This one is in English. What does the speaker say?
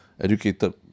educated